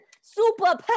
super